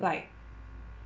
like